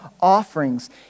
offerings